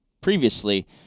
previously